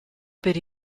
per